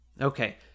Okay